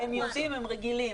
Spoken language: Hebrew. הם יודעים, הם רגילים.